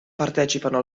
partecipano